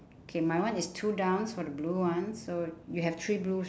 K my one is two down for the blue one so you have three blues